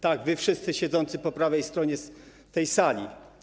Tak, wy wszyscy siedzący po prawej stronie sali.